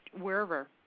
wherever